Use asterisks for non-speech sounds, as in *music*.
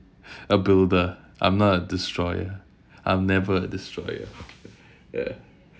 *breath* a builder I'm not a destroyer I'm never a destroyer ya